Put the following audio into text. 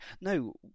No